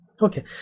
okay